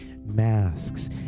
Masks